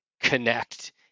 connect